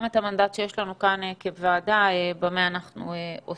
את המנדט שיש לנו כאן כוועדה במה אנחנו עוסקים.